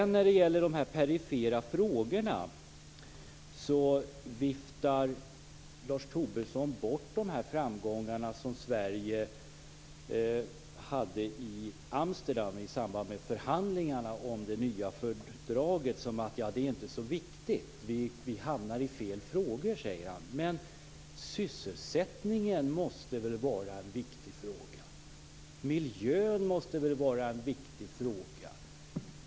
När det gäller de perifera frågorna viftar Lars Tobisson bort de framgångar som Sverige hade i samband med förhandlingarna om det nya fördraget i Amsterdam som inte så viktiga. Vi hamnar i fel frågor, säger han. Men sysselsättningen måste väl vara en viktig fråga. Miljön måste väl vara en viktig fråga.